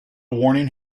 warning